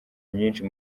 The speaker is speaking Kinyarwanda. myinshi